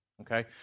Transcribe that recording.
Okay